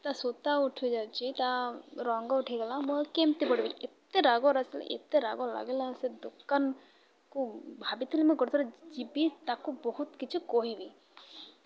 ତା' ସୂତା ଉଠିଯାଉଛି ତା' ରଙ୍ଗ ଉଠିଗଲା ମୁଁ କେମିତି ପଡ଼ିବି ଏତେ ରାଗ ଆସିଲି ଏତେ ରାଗ ଲାଗିଲା ସେ ଦୋକାନକୁ ଭାବିଥିଲି ମୁଁ ଗୋଟେ ଥର ଯିବି ତାକୁ ବହୁତ କିଛି କହିବି